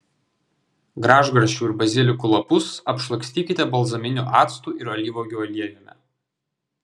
gražgarsčių ir bazilikų lapus apšlakstykite balzaminiu actu ir alyvuogių aliejumi